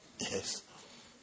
Yes